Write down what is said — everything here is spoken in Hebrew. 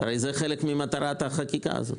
הרי זה חלק ממטרת החקיקה הזאת.